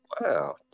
Wow